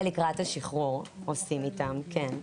זה לקראת השחרור עושים איתם, כן.